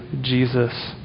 Jesus